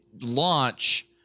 launch